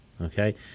Okay